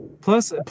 Plus